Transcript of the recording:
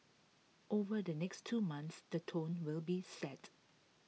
over the next two months the tone will be set